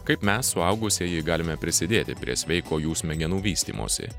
kaip mes suaugusieji galime prisidėti prie sveiko jų smegenų vystymosi